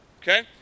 Okay